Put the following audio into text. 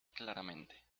claramente